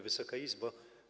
Wysoka Izbo!